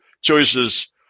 choices